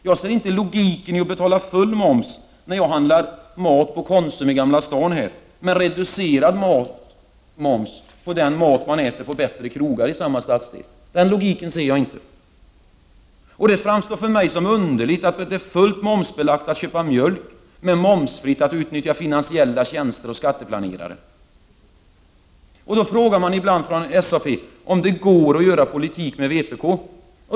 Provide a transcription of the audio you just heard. Jag inser inte heller logiken i att man betalar full moms när man handlar mat på Konsum i Gamla Stan men reducerad moms när man äter mat på krogar i samma stadsdel. Det framstår för mig som underligt att det är fullt momsbelagt att köpa mjölk men momsfritt att utnyttja finansiella tjänster och skatteplanerare. Från SAP:s sida frågar man ibland om det går att göra politik med vpk.